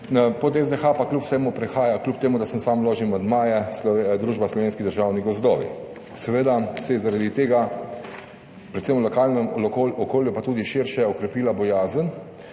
Pod SDH pa kljub vsemu prihaja, kljub temu da sem sam vložil amandmaje, družba Slovenski državni gozdovi. Seveda se je zaradi tega predvsem v lokalnem okolju, pa tudi širše, okrepila bojazen,